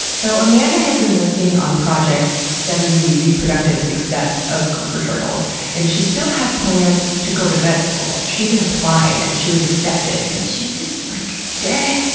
so amanda had been working on projects studying the reproductive success of gopher tortoises and she still had plans to go to vet school. she even applied, and she was accepted, but she just like, gehhhh.